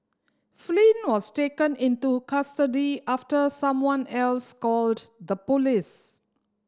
Flynn was taken into custody after someone else called the police